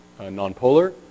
nonpolar